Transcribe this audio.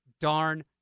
darn